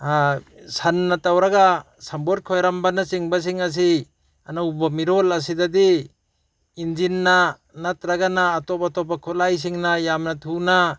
ꯁꯟꯅ ꯇꯧꯔꯒ ꯁꯝꯄꯣꯠ ꯈꯣꯏꯔꯝꯕꯅꯆꯤꯡꯕꯁꯤꯡ ꯑꯁꯤ ꯑꯅꯧꯕ ꯃꯤꯔꯣꯜ ꯑꯁꯤꯗꯗꯤ ꯏꯟꯖꯤꯟꯅ ꯅꯠꯇ꯭ꯔꯒꯅ ꯑꯇꯣꯞ ꯑꯇꯣꯞꯄ ꯈꯨꯠꯂꯥꯏꯁꯤꯡꯅ ꯌꯥꯝꯅ ꯊꯨꯅ